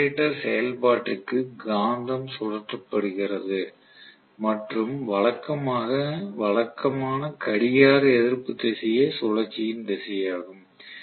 generator செயல்பாட்டிற்கு காந்தம் சுழற்றப்படுகிறது மற்றும் வழக்கமான கடிகார எதிர்ப்பு திசையே சுழற்சியின் திசையாகும்